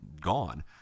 gone